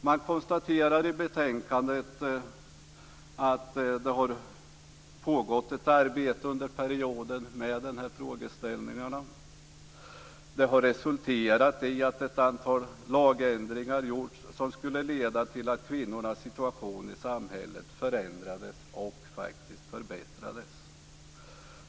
Man konstaterar i betänkandet att det har pågått ett arbete med de här frågeställningarna under perioden. Det har resulterat i att ett antal lagändringar gjorts som skulle leda till att kvinnornas situation i samhällets förändrades och faktiskt förbättrades.